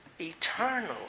eternal